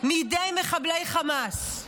מידי מחבלי חמאס.